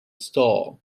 stall